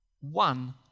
One